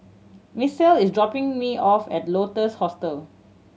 Misael is dropping me off at Lotus Hostel